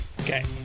okay